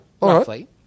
Roughly